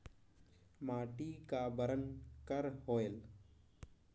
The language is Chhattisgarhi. माटी का बरन कर होयल?